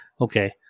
Okay